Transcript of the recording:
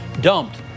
dumped